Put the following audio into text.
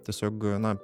tiesiog na